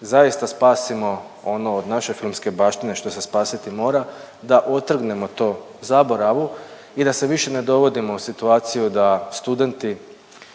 zaista spasimo ono od naše filmske baštine što se spasiti mora, da otrgnemo to zaboravu i da se više ne dovodimo u situaciju da studenti